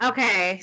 Okay